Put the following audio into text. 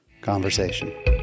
conversation